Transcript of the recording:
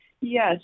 Yes